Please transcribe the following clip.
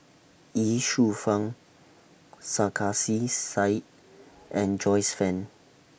Ye Shufang Sarkasi Said and Joyce fan